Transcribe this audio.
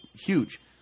huge